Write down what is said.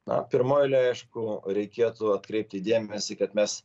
na pirmoj eilėj aišku reikėtų atkreipti dėmesį kad mes